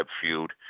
feud